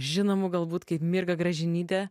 žinomu galbūt kaip mirga gražinytė